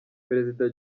perezida